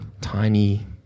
Tiny